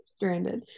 stranded